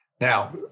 Now